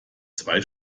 zwei